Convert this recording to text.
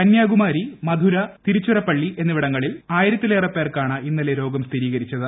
കന്യാകുമാരി മധുര തിരുവള്ളൂർ തിരുച്ചിറപ്പള്ളി എന്നിവിടങ്ങളിൽ ആയിരത്തിലേറെ പേർക്കാണ് ഇന്നലെ രോഗം സ്ഥിരീകരിച്ചത്